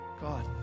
God